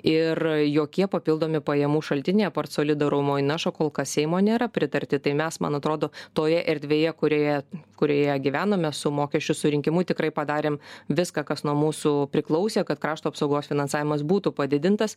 ir jokie papildomi pajamų šaltiniai apart solidarumo įnašo kol kas seimo nėra pritarti tai mes man atrodo toje erdvėje kurioje kurioje gyvename su mokesčių surinkimu tikrai padarėm viską kas nuo mūsų priklausė kad krašto apsaugos finansavimas būtų padidintas